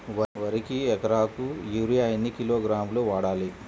వరికి ఎకరాకు యూరియా ఎన్ని కిలోగ్రాములు వాడాలి?